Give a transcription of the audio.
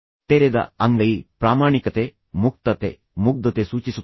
ತೆರೆದ ಅಂಗೈ ಪ್ರಾಮಾಣಿಕತೆ ಮುಕ್ತತೆ ಮುಗ್ಧತೆ ಸೂಚಿಸುತ್ತದೆ